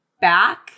back